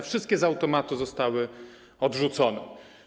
Wszystkie z automatu zostały odrzucone.